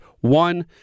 One